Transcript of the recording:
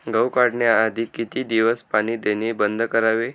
गहू काढण्याआधी किती दिवस पाणी देणे बंद करावे?